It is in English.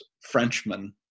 Frenchman